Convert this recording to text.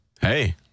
Hey